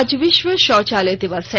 आज विश्व शौचालय दिवस है